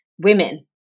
women